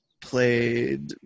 played